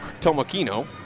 Tomokino